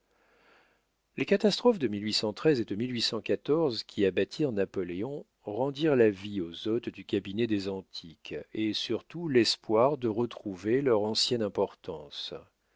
les catastrophes de et de qui abattirent napoléon rendirent la vie aux hôtes du cabinet des antiques et surtout l'espoir de retrouver leur ancienne importance